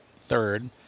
third